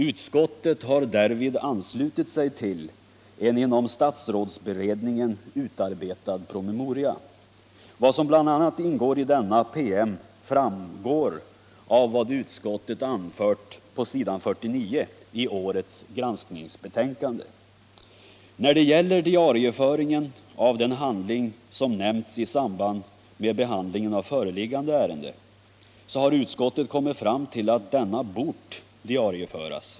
Utskottet har därvid anslutit sig till en inom statsrådsberedningen utarbetad promemoria: Vad som bl.a. ingår i denna PM framgår av vad utskottet säger på s. 49 i årets granskningsbetänkande. När det gäller diarieföringen av den handling som nämnts i föreliggande ärende har utskottet kommit fram till att denna bort diarieföras.